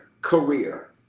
career